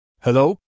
Hello